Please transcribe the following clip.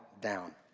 down